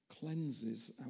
cleanses